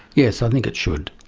yes, i think it should.